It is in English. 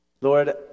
Lord